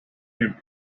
and